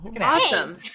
Awesome